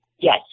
yes